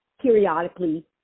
periodically